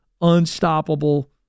unstoppable